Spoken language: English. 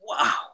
wow